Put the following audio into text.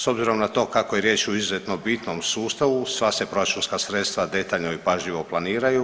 S obzirom na to kako je riječ o izuzetno bitnom sustavu sva se proračunska sredstva detaljno i pažljivo planiraju.